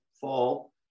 fall